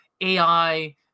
AI